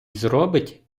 зробить